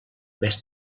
més